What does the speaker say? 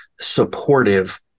supportive